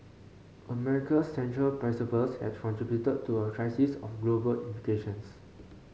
America's central principles have contributed to a crisis of global implications